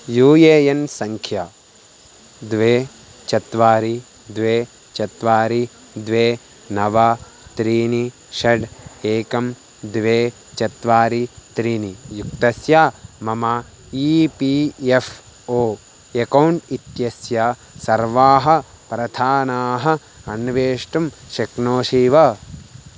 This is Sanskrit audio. यू ए एन् सङ्ख्या द्वे चत्वारि द्वे चत्वारि द्वे नव त्रीणि षड् एकं द्वे चत्वारि त्रीणि युक्तस्य मम E P F O account इत्यस्य सर्वाः प्रार्थनाः अन्वेष्टुं शक्नोषि वा